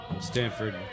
Stanford